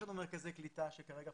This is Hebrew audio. יש לנו מרכזיי קליטה שכרגע פתוחים.